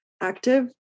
active